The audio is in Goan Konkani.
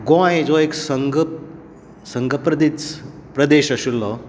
गोंय जो एक संग संगप्रदेश आशिल्लो